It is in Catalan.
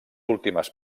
últimes